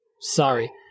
sorry